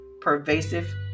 pervasive